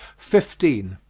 fifteen.